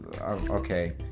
okay